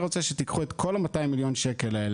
ויציעו לי לקחת את כל ה-200 מיליון שקל כדי